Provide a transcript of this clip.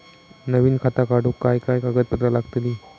नवीन खाता काढूक काय काय कागदपत्रा लागतली?